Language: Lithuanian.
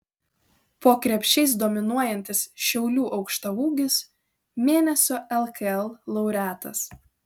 po krepšiais dominuojantis šiaulių aukštaūgis mėnesio lkl laureatas